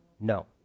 No